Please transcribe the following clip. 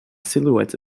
silhouette